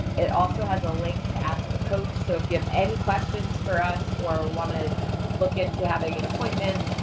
it also has a link to ask a coach. so if you have any questions for us or want to look into having an appointment,